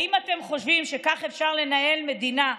האם אתם חושבים שכך אפשר לנהל מדינה,